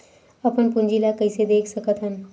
अपन पूंजी ला कइसे देख सकत हन?